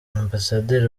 ambasaderi